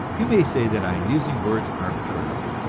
you may say that i am using words arbitrarily,